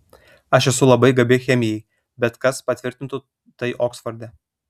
aš esu labai gabi chemijai bet kas patvirtintų tai oksforde